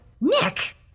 Nick